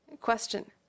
question